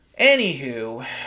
anywho